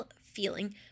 feeling